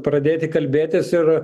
pradėti kalbėtis ir